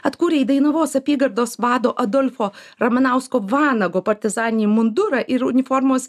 atkūrei dainavos apygardos vado adolfo ramanausko vanago partizaninį mundurą ir uniformos